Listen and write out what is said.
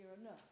enough